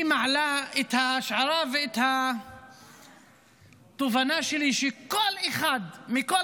מעלה את ההשערה ואת התובנה שלי שכל אחד מכל